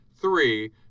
Three